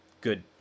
good